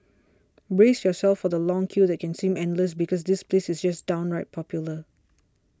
brace yourself for the long queue that can seem endless because this place is just downright popular